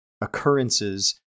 occurrences